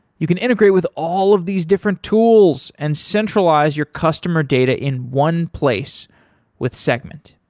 you can integrate with all of these different tools and centralize your customer data in one place with segment.